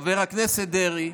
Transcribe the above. חבר הכנסת דרעי,